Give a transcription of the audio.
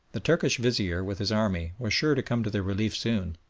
the turkish vizier with his army was sure to come to their relief soon,